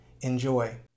Enjoy